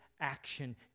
action